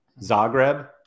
Zagreb